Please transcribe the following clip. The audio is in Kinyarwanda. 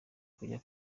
kujya